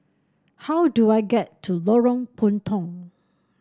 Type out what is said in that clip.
how do I get to Lorong Puntong